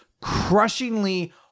crushingly